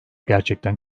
gerçekten